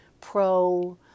pro-